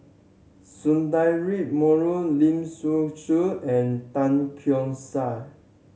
Menon Lin Hsin Chu and Tan Keong Saik